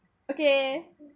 okay